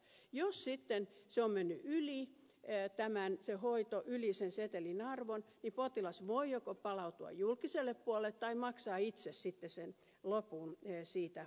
jos sitten se hoito on mennyt yli sen setelin arvon niin potilas voi joko palautua julkiselle puolelle tai maksaa itse sitten sen lopun siitä hoidosta